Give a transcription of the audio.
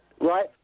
Right